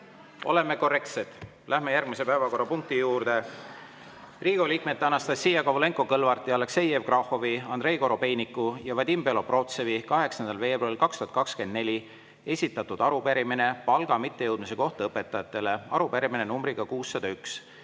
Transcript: Oleme korrektsed! Läheme järgmise päevakorrapunkti juurde: Riigikogu liikmete Anastassia Kovalenko-Kõlvarti, Aleksei Jevgrafovi, Andrei Korobeiniku ja Vadim Belobrovtsevi 8. veebruaril 2024 esitatud arupärimine palga mittejõudmise kohta õpetajatele. Arupärimine on numbriga 601.